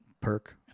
perk